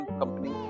company